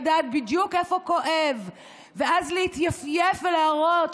לדעת בדיוק איפה כואב ואז להתייפייף ולהראות: